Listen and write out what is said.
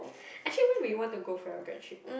actually when you want to go for your grad trip